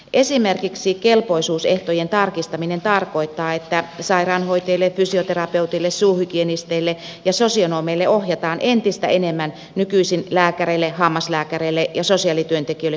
esimerkiksi kelpoisuusehtojen tarkistaminen tarkoittaa että sairaanhoitajille fysioterapeuteille suuhygienisteille ja sosionomeille ohjataan entistä enemmän nykyisin lääkäreille hammaslääkäreille ja sosiaalityöntekijöille kuuluvia tehtäviä